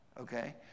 okay